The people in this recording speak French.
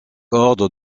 ordre